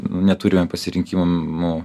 neturime pasirinkimų